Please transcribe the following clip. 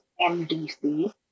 MDC